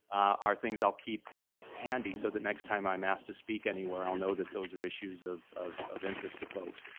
are things i'll keep handy. so that next time i'm asked to speak anywhere, i'll know that those are issues of of interest to folks.